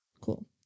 cool